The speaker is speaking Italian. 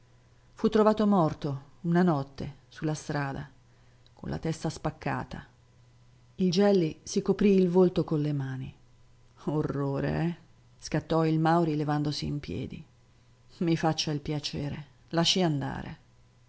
fu trovato morto una notte su la strada con la testa spaccata il gelli si coprì il volto con le mani orrore eh scattò il mauri levandosi in piedi i faccia il piacere lasci andare